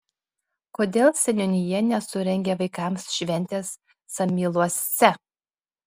kodėl seniūnija nesurengė vaikams šventės samyluose